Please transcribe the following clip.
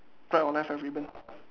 right or left have ribbon